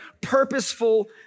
purposeful